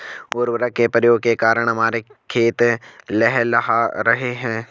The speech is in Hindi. उर्वरक के प्रयोग के कारण हमारे खेत लहलहा रहे हैं